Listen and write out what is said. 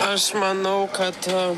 aš manau kad